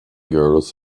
girls